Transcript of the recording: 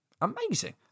Amazing